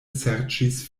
serĉis